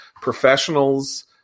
professionals